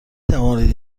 توانید